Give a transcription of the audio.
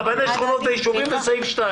רבני שכונות ויישובים בסעיף (2).